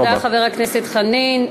תודה לחבר הכנסת חנין.